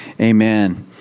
amen